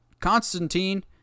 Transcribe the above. Constantine